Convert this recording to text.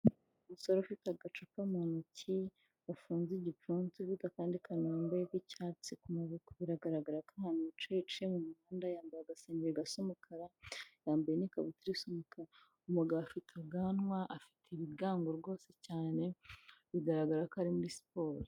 Umusore ufite agacupa mu ntoki, ufunze igipfunsi ufite akandi kantu k'icyatsi ku maboko biragaragara yambaye agasengeri gasa umukara, yambaye n'ikabutura umukara, umugabo afite ibigango rwose cyane bigaragara ko ari muri siporo.